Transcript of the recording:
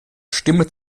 stimme